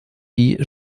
die